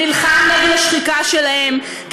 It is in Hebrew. נלחם נגד השחיקה שלהן.